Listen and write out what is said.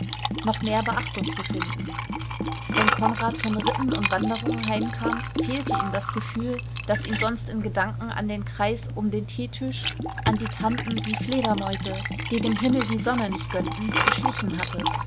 noch mehr beachtung zu finden wenn konrad von ritten und wanderungen heimkam fehlte ihm das gefühl das ihn sonst in gedanken an den kreis um den teetisch an die tanten die fledermäuse die dem himmel die sonne nicht gönnten beschlichen hatte